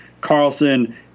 Carlson